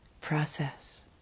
process